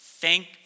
Thank